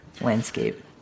landscape